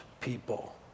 people